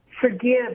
forgive